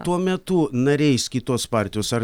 tuo metu nariais kitos partijos ar